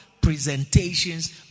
presentations